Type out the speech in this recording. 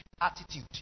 attitude